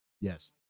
Yes